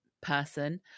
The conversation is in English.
person